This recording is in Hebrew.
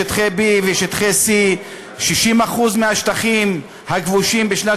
לשטחי B ולשטחי C. 60% מהשטחים הכבושים בשנת